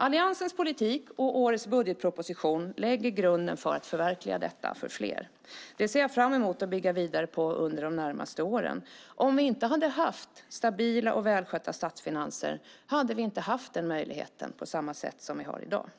Alliansens politik och årets budgetproposition lägger grunden för att förverkliga detta för fler. Det ser jag fram emot att bygga vidare på under de närmaste åren. Om vi inte hade haft stabila och välskötta statsfinanser hade vi inte haft den möjligheten på samma sätt som vi har i dag.